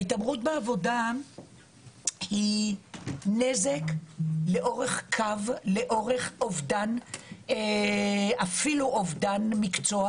ההתעמרות בעבודה היא נזק לאורך קו היא אפילו אובדן של מקצוע